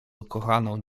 ukochaną